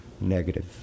negative